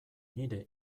nire